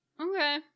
Okay